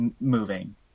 moving